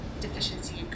deficiency